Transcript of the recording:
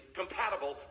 compatible